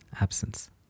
absence